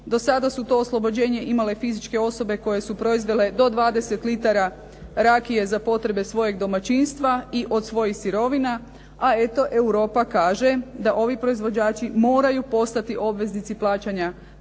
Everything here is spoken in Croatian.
Do sada su to oslobođenje imale fizičke osobe koje su proizvele do 20 litara rakije za potrebe svojeg domaćinstva i od svojih sirovina, a eto Europa kaže da ovi proizvođači moraju postati obveznici plaćanja